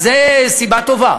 אז זו סיבה טובה.